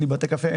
אין בתי קפה,